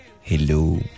hello